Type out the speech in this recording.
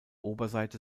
oberseite